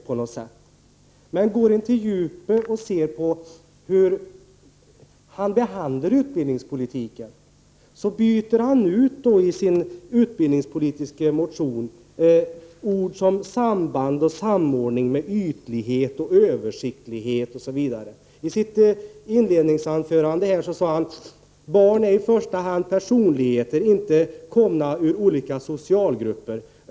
Går man på djupet och ser på hur han behandlar utbildningspolitiken, då ser man att han i sin utbildningspolitiska motion byter ut ord som samband och samordning mot ytlighet och översiktlighet osv. I sitt inledningsanförande sade han: Barn är i första hand personligheter, inte komna ur olika socialgrupper.